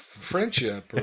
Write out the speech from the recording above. Friendship